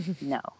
no